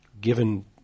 given